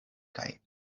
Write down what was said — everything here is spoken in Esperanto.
kaj